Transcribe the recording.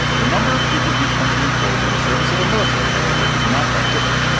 the number of people each country employs in the service of the military, however, is not that different.